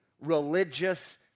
religious